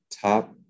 top